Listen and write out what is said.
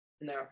no